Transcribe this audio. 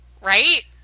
right